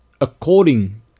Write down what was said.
according